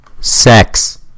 Sex